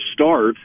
start